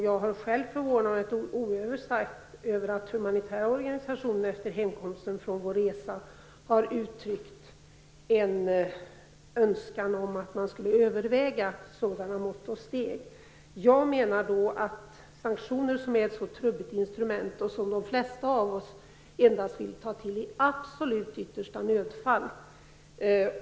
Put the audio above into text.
Jag har själv starkt förvånat mig över att humanitära organisationer efter hemkomsten från vår resa har uttryckt en önskan om att man skulle överväga sådana mått och steg. Jag anser att sanktioner är ett trubbigt instrument. De flesta av oss vill ta till sådana endast i absolut yttersta nödfall.